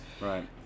Right